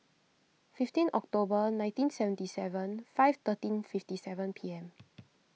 fifteen October nineteen seventy seven five thirteen fifty seven P M